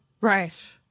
Right